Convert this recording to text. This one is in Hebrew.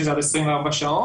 שזה עד 24 שעות,